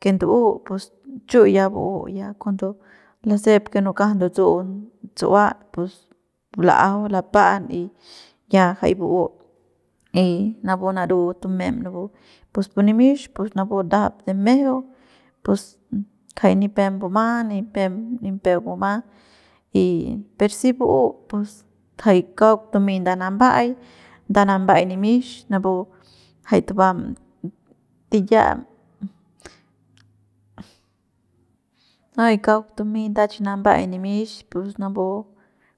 Que nd'u' pus chu ya bu'u ya cuando lasep que no kja ndutsu'u su'ua pus la'ajay lapa'an y ya jay bu'u y napu naru tume'em napu pus pu nimix pus napu ndajap de mejeu pus kjay nipem mbuma nipem mbuma y per si bu'u pus jay kauk tumey nda namba'ay nda namba'ay nimix napu jay tubam tiya'am y kauk tumey nda chi namba'ay nimix pus napu